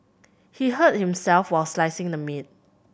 he hurt himself while slicing the meat